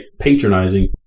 patronizing